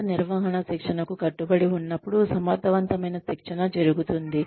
ఉన్నత నిర్వహణ శిక్షణకు కట్టుబడి ఉన్నప్పుడు సమర్థవంతమైన శిక్షణ జరుగుతుంది